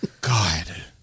God